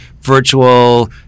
virtual